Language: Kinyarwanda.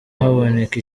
haboneka